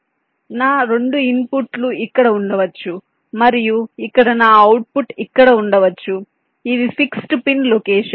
కాబట్టి నా 2 ఇన్పుట్లు ఇక్కడ ఉండవచ్చు మరియు ఇక్కడ నా అవుట్పుట్ ఇక్కడ ఉండవచ్చు ఇవి ఫిక్స్డ్ పిన్ లొకేషన్స్